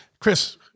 Chris